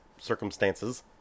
circumstances